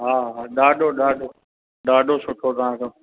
हा हा ॾाढो ॾाढो ॾाढो सुठो ॾाढो